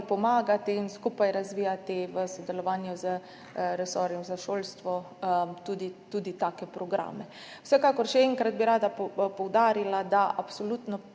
pomagati in skupaj razvijati v sodelovanju z resorjem za šolstvo tudi take programe. Vsekakor bi še enkrat rada poudarila, da absolutno